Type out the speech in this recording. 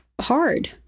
hard